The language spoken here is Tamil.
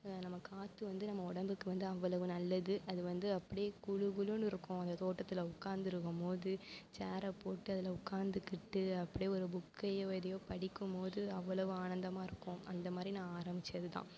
நம்ம காற்று வந்து நம்ம உடம்புக்கு வந்து அவ்வளவு நல்லது அது வந்து அப்படியே குளுகுளுன்னு இருக்கும் அந்த தோட்டத்தில் உக்காந்துருக்கும் மோது சேரப்போட்டு அதில் உக்காந்துக்கிட்டு அப்படியே ஒரு புக்கையோ எதையோ படிக்கும் மோது அவ்வளவு ஆனத்தமாகருக்கும் அந்தமாதிரி நான் ஆரம்மிச்சதுதான்